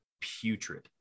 putrid